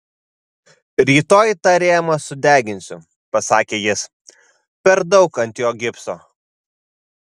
rytoj tą rėmą sudeginsiu pasakė jis per daug ant jo gipso